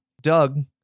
Doug